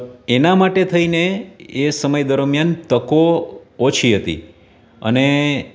એનાં માટે થઈને એ સમય દરમ્યાન તકો ઓછી હતી અને